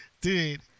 Dude